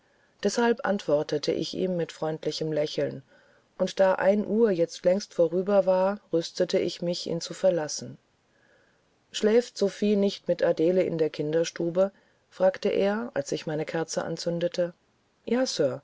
deshalb antwortete ich ihm mit freundlichem lächeln und da ein uhr jetzt längst vorüber war rüstete ich mich ihn zu verlassen schläft sophie nicht mit adele in der kinderstube fragte er als ich meine kerze anzündete ja sir